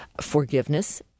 forgiveness